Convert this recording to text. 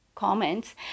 comments